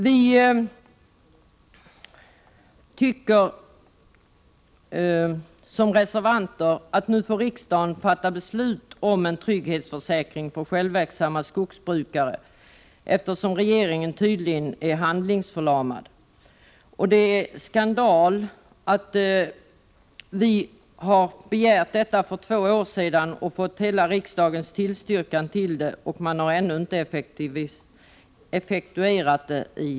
Vi reservanter tycker att riksdagen nu skall fatta beslut om en trygghetsförsäkring för självverksamma skogsbrukare, eftersom regeringen tydligen är handlingsförlamad. Vi begärde detta för två år sedan, och riksdagen biföll då detta förslag. Det är därför skandal att regeringen ännu inte har effektuerat detta.